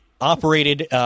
operated